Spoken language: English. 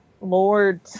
Lord